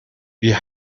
wie